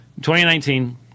2019